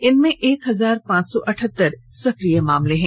इनमें एक हजार पांच सौ अठहतर सक्रिय केस हैं